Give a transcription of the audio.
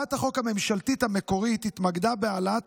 הצעת החוק הממשלתית המקורית התמקדה בהעלאת